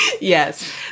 Yes